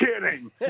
kidding